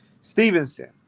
Stevenson